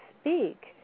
speak